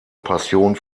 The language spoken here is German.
passion